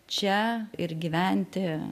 čia ir gyventi